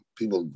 people